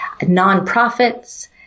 nonprofits